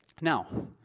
Now